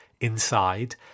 inside